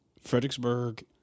Fredericksburg